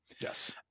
Yes